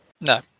No